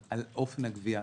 שמדברת על אופן הגבייה.